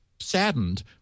Saddened